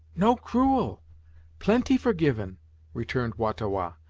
no cruel plenty forgiven returned wah-ta-wah,